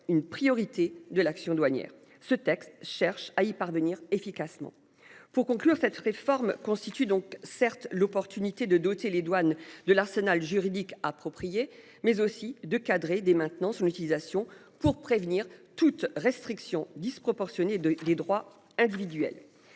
une priorité de l'action douanières ce texte cherche à y parvenir efficacement pour conclure cette réforme constitue donc certes l'opportunité de doter les douanes de l'arsenal juridique approprié mais aussi de cadrer dès maintenant son utilisation pour prévenir toute restriction disproportionnée de des droits individuels.